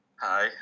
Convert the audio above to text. Hi